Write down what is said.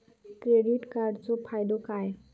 Credit कार्डाचो फायदो काय?